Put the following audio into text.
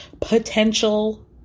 potential